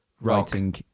writing